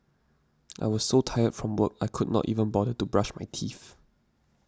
I was so tired from work I could not even bother to brush my teeth